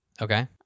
okay